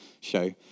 show